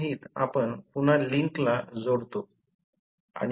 अगदी पहिल्या वर्षाच्या पातळीवरच याचा अर्थ असा आहे